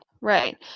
Right